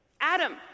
Adam